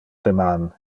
deman